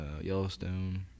Yellowstone